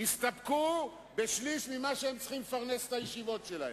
יסתפקו בשליש ממה שהם צריכים לפרנס את הישיבות שלהם,